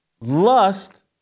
lust